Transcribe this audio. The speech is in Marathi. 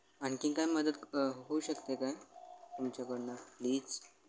आणखी काय मदत क होऊ शकते का तुमच्याकडनं प्लीच